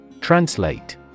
Translate